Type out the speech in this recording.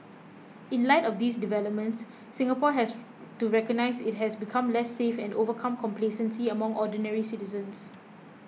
in light of these developments Singapore has to recognise it has become less safe and overcome complacency among ordinary citizens